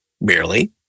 merely